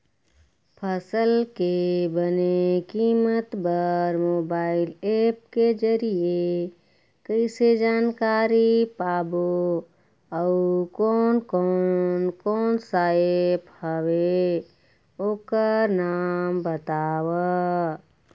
फसल के बने कीमत बर मोबाइल ऐप के जरिए कैसे जानकारी पाबो अउ कोन कौन कोन सा ऐप हवे ओकर नाम बताव?